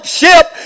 ship